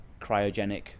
cryogenic